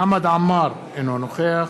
חמד עמאר, אינו נוכח